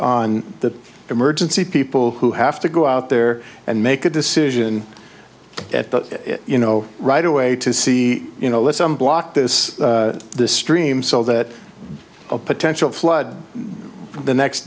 on the emergency people who have to go out there and make a decision at the you know right away to see you know listen block this stream so that a potential flood the next